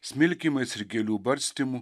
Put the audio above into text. smilkymais ir gėlių barstymu